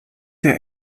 der